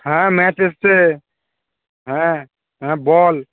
হ্যাঁ ম্যাচ এসেছে হ্যাঁ হ্যাঁ বল